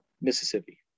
Mississippi